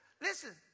Listen